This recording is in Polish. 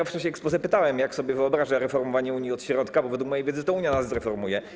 W czasie exposé pytałem pana premiera, jak sobie wyobraża reformowanie Unii od środka, bo według mojej wiedzy to Unia nas zreformuje.